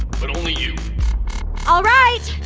but only you alright.